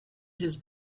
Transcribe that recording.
his